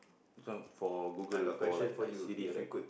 this one for Google for like like Siri like that